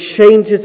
changes